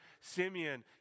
Simeon